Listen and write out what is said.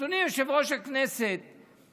אדוני יושב-ראש הכנסת,